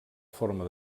forma